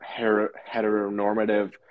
heteronormative